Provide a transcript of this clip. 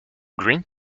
green